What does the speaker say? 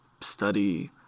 study